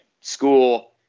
school